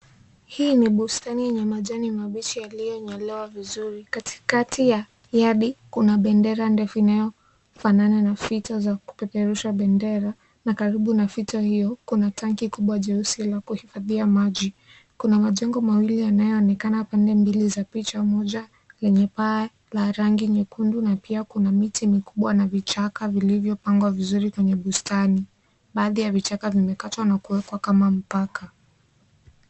Hii ni bustani yenye majani mabichi yaliyo nyolewa vizuri. Katikati ya yadi kuna bendera ndefu inayofanana na fito za kupeperusha bendera na karibu na fito hiyo kuna tanki kubwa jeusi la kuhifadhia maji. Kuna majengo mawili yanayoonekana pande mbili za picha, moja lenye paa la rangi nyekundu na pia kuna miti mikubwa na vichaka vilivyopangwa vizuri kwenye bustani. Baadhi ya vichaka vimekatwa na kuwekwa kama mpaka.